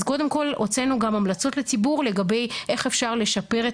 אז קודם כל הוצאנו גם המלצות לציבור לגבי איך אפשר לשפר את